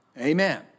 Amen